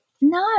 No